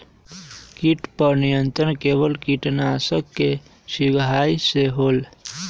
किट पर नियंत्रण केवल किटनाशक के छिंगहाई से होल?